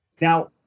Now